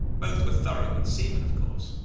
both were thorough good seamen of course,